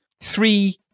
three